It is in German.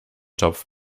topf